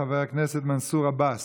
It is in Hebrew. חבר הכנסת מנסור עבאס,